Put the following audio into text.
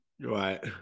Right